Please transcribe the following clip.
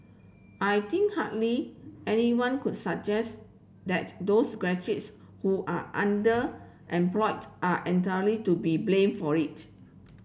I think hardly anyone could suggest that those graduates who are underemployed are entirely to be blamed for it